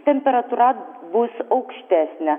temperatūra bus aukštesnė